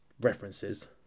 references